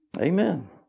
Amen